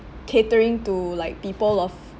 catering to like people of